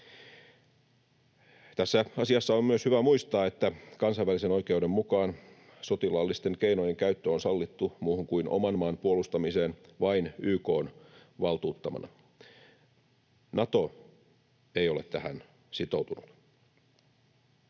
Tässä asiassa on myös hyvä muistaa, että kansainvälisen oikeuden mukaan sotilaallisten keinojen käyttö on sallittu muuhun kuin oman maan puolustamiseen vain YK:n valtuuttamana. Nato ei ole tähän sitoutunut.